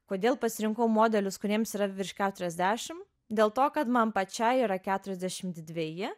kodėl pasirinkau modelius kuriems yra virš keturiasdešim dėl to kad man pačiai yra keturiasdešimt dveji